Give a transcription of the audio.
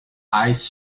eyes